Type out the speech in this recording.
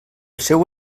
seu